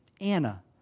Anna